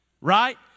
right